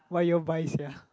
why you all buy sia